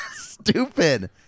Stupid